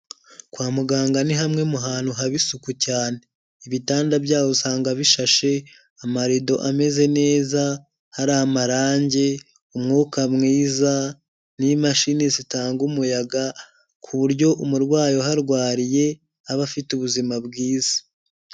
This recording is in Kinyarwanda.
Kwa muganga ni hamwe mu hantu haba isuku cyane ibitanda byabo usanga bishashe, amarido ameze neza, hari amarange, umwuka mwiza n'imashini zitanga umuyaga ku buryo umurwayi uharwariye aba afite ubuzima bwiza,